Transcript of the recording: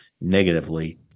negatively